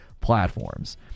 platforms